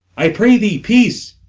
i pray thee peace!